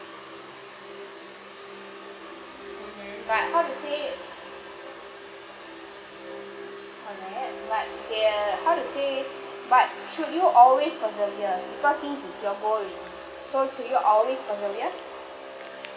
mmhmm but how to say alright but there how to say but should you always persevere because since it's your goal so should you always persevere